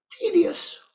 tedious